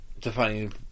defining